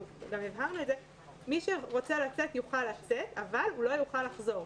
אנחנו גם הבהרנו את זה: מי שרוצה לצאת יוכל לצאת אבל הוא לא יוכל לחזור,